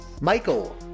Michael